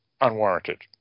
unwarranted